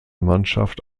mannschaft